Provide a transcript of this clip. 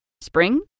Spring